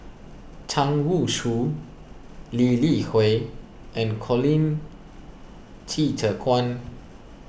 Zhang Youshuo Lee Li Hui and Colin Qi Zhe Quan